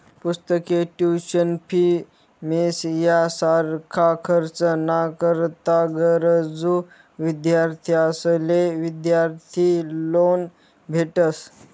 पुस्तके, tuition fee, mess यासारखा खर्च ना करता गरजू विद्यार्थ्यांसले विद्यार्थी लोन भेटस